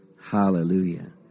Hallelujah